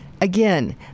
Again